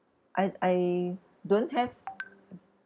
I I don't have